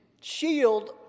shield